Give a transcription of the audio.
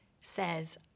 says